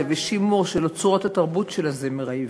ושימור של אוצרות התרבות של הזמר העברי.